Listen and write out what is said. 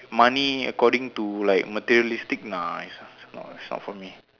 money according to like materialistic nah it's not it's not for me